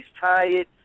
tired